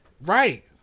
Right